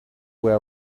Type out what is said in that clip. were